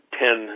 ten